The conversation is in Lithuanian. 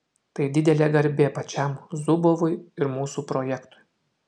tai didelė garbė pačiam zubovui ir mūsų projektui